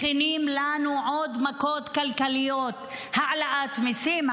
מכינים לנו עוד מכות כלכליות: העלאת מיסים,